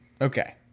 Okay